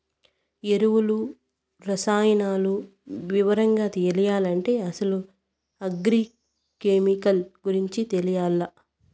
ఎరువులు, రసాయనాలు వివరంగా తెలియాలంటే అసలు అగ్రి కెమికల్ గురించి తెలియాల్ల